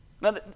Now